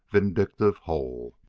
vindictive whole.